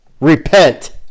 Repent